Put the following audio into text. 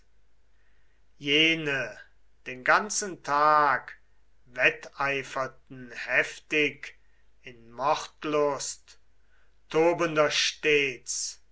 jene den ganzen tag wetteiferten heftig in mordlust jene stets